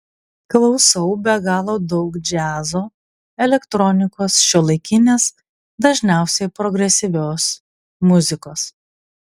klausau be galo daug džiazo elektronikos šiuolaikinės dažniausiai progresyvios muzikos